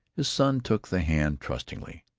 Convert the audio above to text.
his son took the hand trustingly.